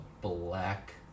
black